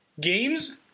games